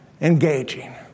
engaging